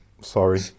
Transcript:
Sorry